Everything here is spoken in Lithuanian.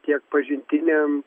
tiek pažintiniam